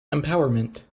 empowerment